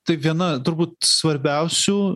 tai viena turbūt svarbiausių